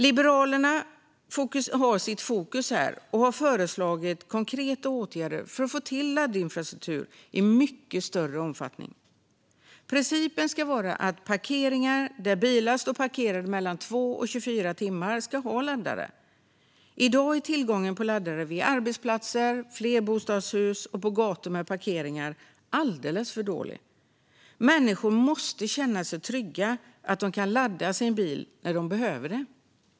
Liberalerna har sitt fokus här och har föreslagit konkreta åtgärder för att få till laddinfrastruktur i mycket större omfattning. Principen ska vara att parkeringar där bilar står parkerade mellan 2 och 24 timmar ska ha laddare. I dag är tillgången på laddare vid arbetsplatser och flerbostadshus och på gator med parkeringar alldeles för dålig. Människor måste känna sig trygga med att de kan ladda sin bil när de behöver det.